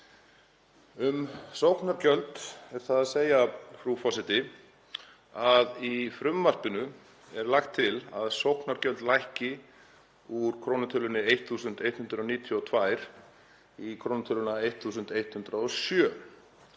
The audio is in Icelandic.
Um sóknargjöld er það að segja að í frumvarpinu er lagt til að sóknargjöld lækki úr krónutölunni 1.192 í krónutölu 1.107,